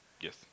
yes